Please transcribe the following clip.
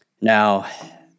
Now